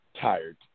tired